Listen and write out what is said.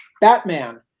Batman